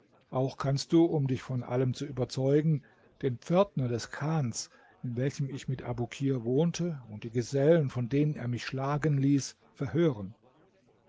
auch kannst du um dich von allem zu überzeugen den pförtner des chans in welchem ich mit abukir wohnte und die gesellen von denen er mich schlagen ließ verhören